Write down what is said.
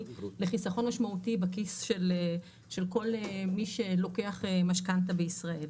לחיסכון משמעותי בכיס של כל מי שלוקח משכנתא בישראל.